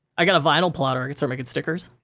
i got a vinyl plotter, i could start making stickers.